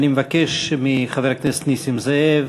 אני מבקש מחבר הכנסת נסים זאב